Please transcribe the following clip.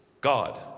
God